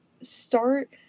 start